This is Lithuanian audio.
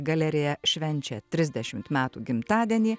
galerija švenčia trisdešimt metų gimtadienį